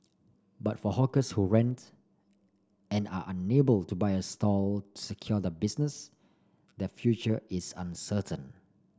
but for hawkers who rent and are unable to buy a stall secure the business the future is uncertain